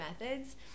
methods